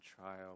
trial